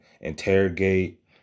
interrogate